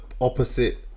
opposite